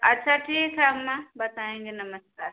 अच्छा ठीक है अम्मा बताएँगे नमस्कार